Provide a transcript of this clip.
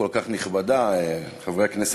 אליהו ישי, חנא